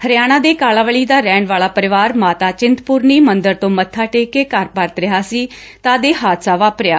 ਹਰਿਆਣਾ ਦੇ ਕਾਲਾਵਲੀ ਦਾ ਰਹਿਣ ਵਾਲਾ ਪਰਿਵਾਰ ਮਾਤਾ ਚਿੰਤਪੁਰਨੀ ਮੰਦਰ ਤੋ' ਮੱਬਾ ਟੇਕ ਕੇ ਘਰ ਪਰਤ ਰਿਹਾ ਸੀ ਤਦ ਇਹ ਹਾਦਸਾ ਵਾਪਰਿਆ